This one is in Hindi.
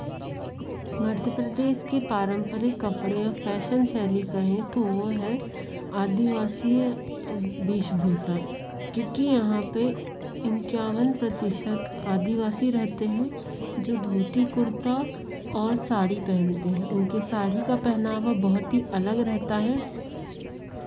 मध्य प्रदेश के पारंपरिक कपड़े फैशन शैली कहें तो वो हैं आदिवासीय वेशभूषा क्यूंकि यहाँ पे इंक्यावन प्रतिशत आदिवासी रहते हैं जो धोती कुर्ता और साड़ी पहनते हैं उनके साढ़ी का पहनावा बहुत ही अलग रहता है